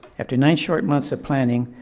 after nine short months of planning,